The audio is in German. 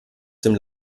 dem